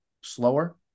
slower